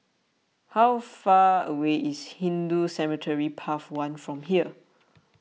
how far away is Hindu Cemetery Path one from here